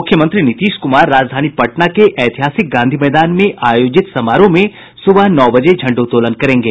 मुख्यमंत्री नीतीश कुमार राजधानी पटना के ऐतिहासिक गांधी मैदान में आयोजित समारोह में सुबह नौ बजे झंडोत्तोलन करेंगे